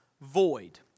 void